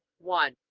one.